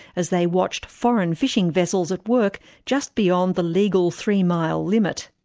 as they watched foreign fishing vessels at work just beyond the legal three mile limit.